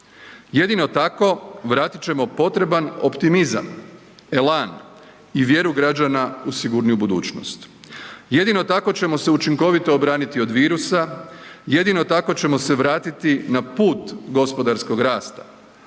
Jedino tako vratit ćemo potreban optimizam, elan i vjeru građana u sigurniju budućnost. Jedino tako ćemo se učinkovito obraniti od virusa, jedino tako ćemo se vratiti na put gospodarskog rasta,